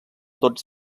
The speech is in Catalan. tots